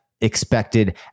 expected